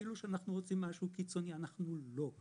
כאילו שאנחנו רוצים משהו קיצוני ואנחנו לא.